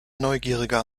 neugierige